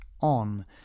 on